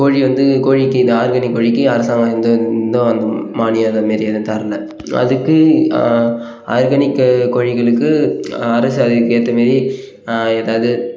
கோழி வந்து கோழிக்கு இந்த ஆர்கானிக் கோழிக்கு அரசாங்கம் எந்த இதும் அந்த மானியம் அது மாரி எதும் தரலை அதுக்கு ஆர்கானிக்கு கோழிகளுக்கு அரசு அதுக்கு ஏற்ற மாரி ஏதாவது